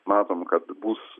matom kad bus